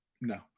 no